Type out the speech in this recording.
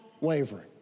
wavering